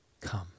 come